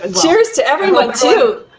ah cheers to everyone too.